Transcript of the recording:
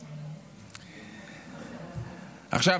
עכשיו,